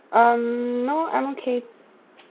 um no I'm okay